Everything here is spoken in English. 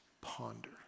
Ponder